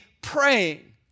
praying